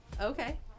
Okay